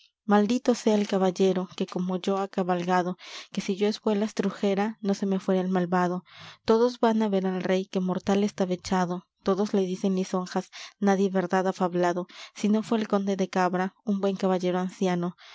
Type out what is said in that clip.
maldito sea el caballero que como yo ha cabalgado que si yo espuelas trujera no se me fuera el malvado todos van á ver al rey que mortal estaba echado todos le dicen lisonjas nadie verdad ha fablado sino fué el conde de cabra un buen caballero anciano